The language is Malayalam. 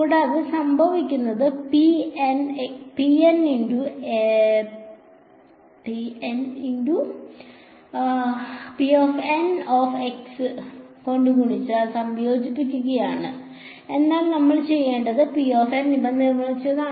കൂടാതെ സംഭവിക്കുന്നത് P N x കൊണ്ട് ഗുണിച്ച് സംയോജിപ്പിക്കുകയാണ് എന്നാൽ നമ്മൾ എങ്ങനെയാണ് ഇവ നിർമ്മിച്ചത്